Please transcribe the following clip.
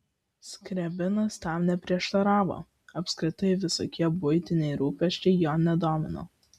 skriabinas tam neprieštaravo apskritai visokie buitiniai rūpesčiai jo nedomino